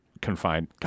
confined